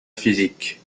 physique